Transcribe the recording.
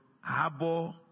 harbor